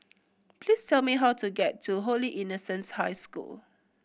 please tell me how to get to Holy Innocents' High School